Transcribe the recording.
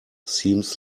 seems